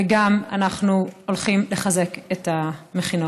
ואנחנו גם הולכים לחזק את המכינות.